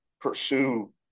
pursue